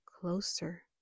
closer